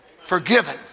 forgiven